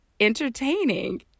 entertaining